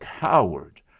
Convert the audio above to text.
coward